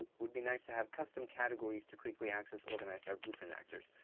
would be nice to have custom categories to quickly access, organize our blueprint actors.